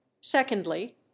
Secondly